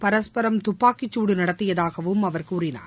பரஸ்பரம் துப்பாக்கிச்சூடு நடத்தியதாகவும் அவர் கூறினார்